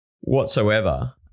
whatsoever